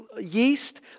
yeast